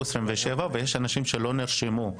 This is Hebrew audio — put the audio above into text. בחודש האחרון היו 27 ויש אנשים שלא נרשמו.